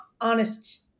honest